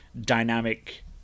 dynamic